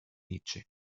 nietzsche